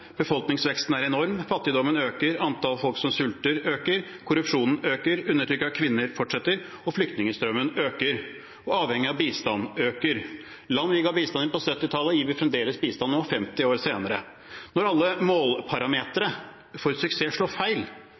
befolkningsveksten er enorm, fattigdommen øker, antall folk som sulter, øker, korrupsjonen øker, undertrykkelsen av kvinner fortsetter, og flyktningstrømmen øker. Avhengigheten av bistand øker også. Land vi ga bistand til på 1970-tallet, gir vi fremdeles bistand til nå, 50 år senere. Når alle måleparametre for suksess slår feil,